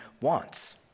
wants